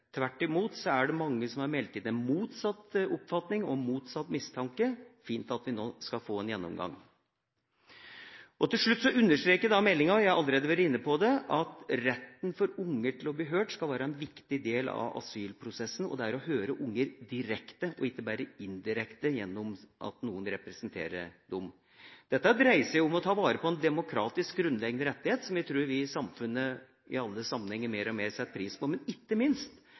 Tvert imot er det mange som har meldt inn motsatt oppfatning og motsatt mistanke – fint at vi nå skal få en gjennomgang. Til slutt understreker meldinga – jeg har allerede vært inne på det – at ungers rett til å bli hørt skal være en viktig del av asylprosessen – det er å høre unger direkte, ikke bare indirekte gjennom at noen representerer dem. Dette dreier seg om å ta vare på en demokratisk grunnleggende rettighet, som jeg tror vi setter mer og mer pris på i alle sammenhenger i samfunnet vårt, men ikke minst